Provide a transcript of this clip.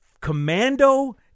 Commando